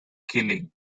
killing